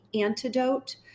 antidote